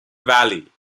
valley